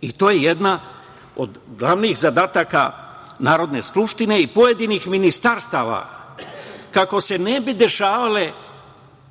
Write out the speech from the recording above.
i to je jedan od glavnih zadataka Narodne skupštine i pojedinih ministarstava, kako se ne bi dešavale